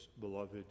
beloved